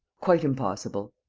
quite impossible.